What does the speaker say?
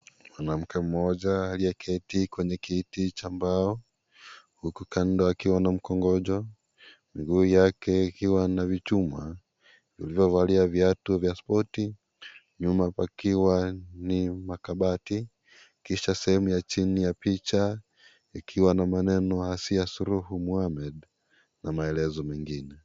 Mwanamke mmoja aliyeketi kwenye kiti cha mbao huku Kando akiwa na mkongojo, miguu yake ikiwa na vichuma lililovalia viatu za spoti, nyuma pakiwa ni makabati kisha sehemu cha chini ya picha ikiwa na maneno Asiya Suluhu Mohammed na maelezo mengine.